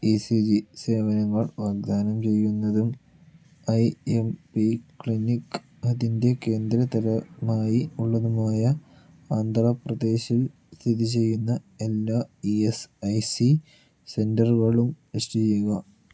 E C G സേവനങ്ങൾ വാഗ്ദാനം ചെയ്യുന്നതും ഐ എം പി ക്ലിനിക് അതിന്റെ കേന്ദ്ര തരമായി ഉള്ളതുമായ ആന്ധ്രപ്രദേശിൽ സ്ഥിതി ചെയ്യുന്ന എല്ലാ ഇ എസ് ഐ സി സെന്റെറുകളും ലിസ്റ്റ് ചെയ്യുക